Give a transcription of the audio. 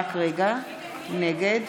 נגד